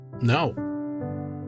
no